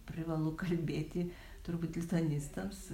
privalu kalbėti turbūt lituanistams